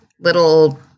little